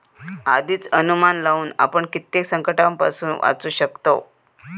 आधीच अनुमान लावुन आपण कित्येक संकंटांपासून वाचू शकतव